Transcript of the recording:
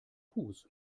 fuß